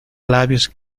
labios